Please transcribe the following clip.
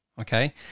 Okay